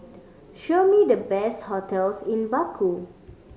show me the best hotels in Baku